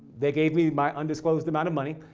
they gave me my undisclosed amount of money.